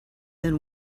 then